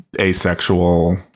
asexual